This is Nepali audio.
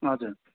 हजुर